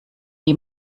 die